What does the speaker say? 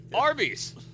Arby's